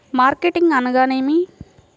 Marketing అనగానేమి?